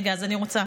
אז רגע, אני רוצה.